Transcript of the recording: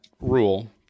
rule